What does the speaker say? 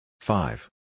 Five